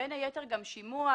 בין היתר גם שימוע,